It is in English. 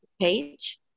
page